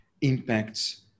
impacts